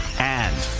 and,